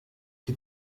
die